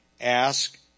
Ask